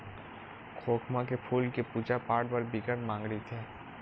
खोखमा के फूल के पूजा पाठ बर बिकट मांग रहिथे